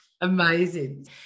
amazing